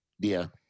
dear